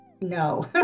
no